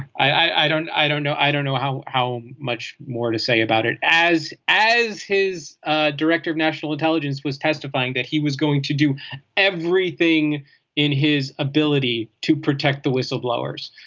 i don't i don't know i don't know how how much more to say about it as as his ah director of national intelligence was testifying that he was going to do everything in his ability to protect the whistleblowers.